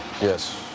Yes